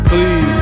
Please